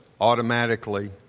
automatically